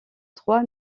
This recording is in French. trois